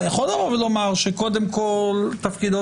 אתה יכול לבוא ולומר שקודם כל תפקידו